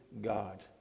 God